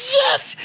yes!